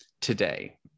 today